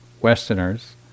Westerners